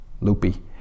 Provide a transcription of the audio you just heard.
loopy